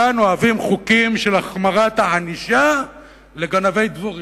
כאן אוהבים חוקים של החמרת הענישה על גנבי דבורים.